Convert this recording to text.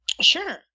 Sure